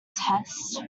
test